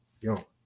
Yo